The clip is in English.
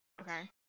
Okay